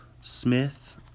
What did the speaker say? Smith